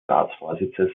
ratsvorsitzes